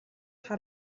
хар